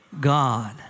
God